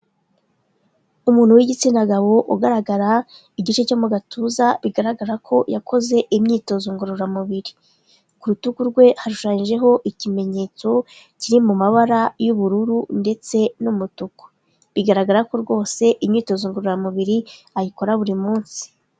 Umuntu w'igitsina gabo ugaragara igice cyo mu gatuza bigaragara ko yakoze imyitozo ngororamubiri, ku rutugu rwe hashushanyijeho ikimenyetso kiri mu mabara y'ubururu ndetse n'umutuku, bigaragara ko rwose imyitozo ngororamubiri ayikora buri munsi.